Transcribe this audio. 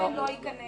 גם בנושאים